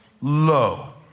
low